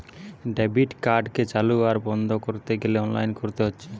debit কার্ডকে চালু আর বন্ধ কোরতে গ্যালে অনলাইনে কোরতে হচ্ছে